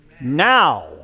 now